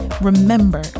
remember